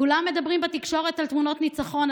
כולם מדברים בתקשורת על תמונות ניצחון.